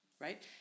right